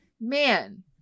man